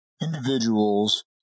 individuals